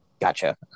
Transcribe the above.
gotcha